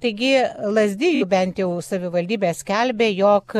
taigi lazdijų bent jau savivaldybė skelbia jog